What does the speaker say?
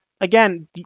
again